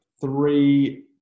three